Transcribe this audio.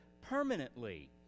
permanently